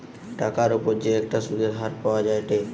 টাকার উপর যে একটা সুধের হার পাওয়া যায়েটে